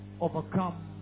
overcome